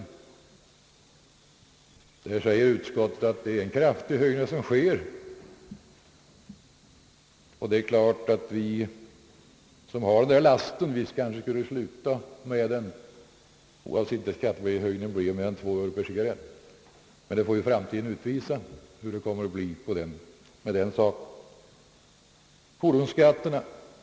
Utskottet säger på den punkten att det är en kraftig höjning som nu föreslås, och det är klart att vi som har den där lasten kanske skulle sluta med den, oavsett om höjningen inte blir mer än två öre per cigarrett. Framtiden får väl utvisa hur det kommer att bli med den saken.